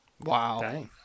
Wow